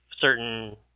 certain